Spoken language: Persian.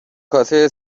کاسه